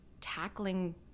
tackling